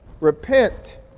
repent